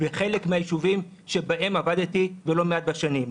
ביישובים שבהם עבדתי במשך לא מעט שנים.